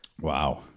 Wow